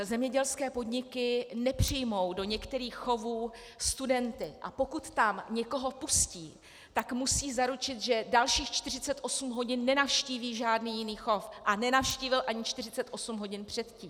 Zemědělské podniky nepřijmou do některých chovů studenty, a pokud tam někoho pustí, tak musí zaručit, že dalších 48 hodin nenavštíví žádný jiný chov a nenavštívil ani 48 hodin předtím.